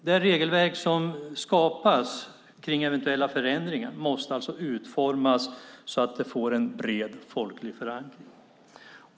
Det regelverk som skapas kring eventuella förändringar måste alltså utformas så att det får en bred folklig förankring.